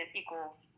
equals